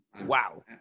Wow